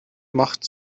macht